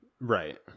Right